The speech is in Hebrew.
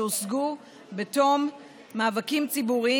שהושגו בתום מאבקים ציבוריים,